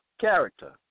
character